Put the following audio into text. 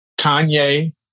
Kanye